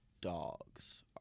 dogs